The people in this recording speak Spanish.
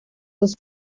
dos